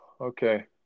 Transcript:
Okay